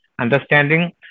understanding